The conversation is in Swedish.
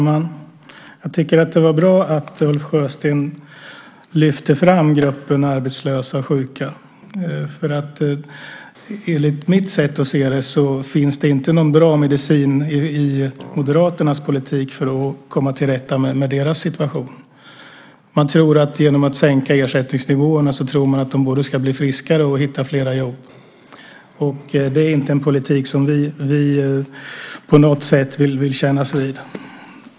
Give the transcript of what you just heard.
Herr talman! Det var bra att Ulf Sjösten lyfte fram gruppen arbetslösa och sjuka, för enligt mitt sätt att se finns det inte någon bra medicin i moderaternas politik för att komma till rätta med deras situation. Genom att sänka ersättningsnivåerna tror man att de både ska bli friskare och hitta fler jobb. Det är inte en politik som vi på något sätt vill kännas vid.